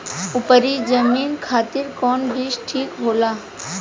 उपरी जमीन खातिर कौन बीज ठीक होला?